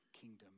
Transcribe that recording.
kingdom